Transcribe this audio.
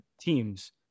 teams